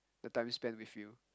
the time spent with you